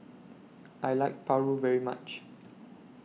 I like Paru very much